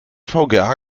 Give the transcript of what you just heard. vga